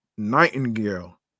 Nightingale